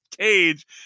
cage